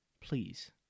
please